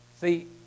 See